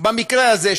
במקרה הזה,